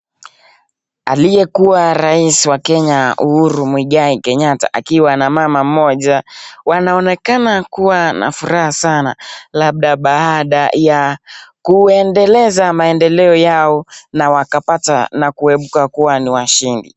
Aliyekuwa rais wa nchi ya Kenya Uhuru Muigai Kenyatta akiwa na mama mmoja. Wanaonekana kuwa na furaha sana labda baada ya kuendeleza maendeleo yao na wakapata na kuibuka kuwa ni washindi.